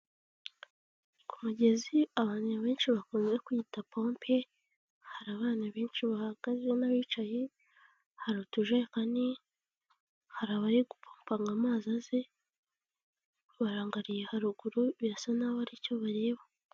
Ku mugezi abantu benshi bakunze kwita pompe hari abana benshi bahagaze n'abicaye, hari utujerekani, hari abari gupompa ngo amazi aze barangariye haruguru birasa naho hari icyo bareba.